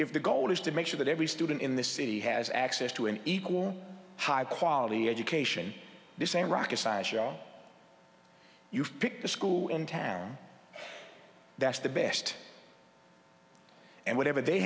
if the goal is to make sure that every student in this city has access to an equal high quality education this ain't rocket science show you pick the school in town that's the best and whatever they